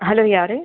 hello யாரு